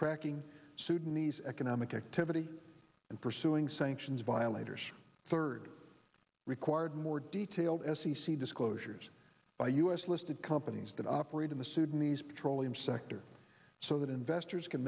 tracking sudanese economic activity and pursuing sanctions violators third required more detailed s e c disclosures by u s listed companies that operate in the sudanese petroleum sector so that investors can